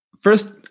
first